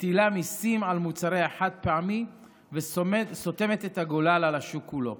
מטילה מיסים על מוצרי החד-פעמי וסותמת את הגולל על השוק כולו.